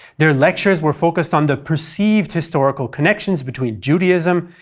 their lectures were focused on the perceived historical connections between judaism,